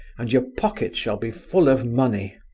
and your pocket shall be full of money.